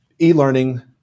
e-learning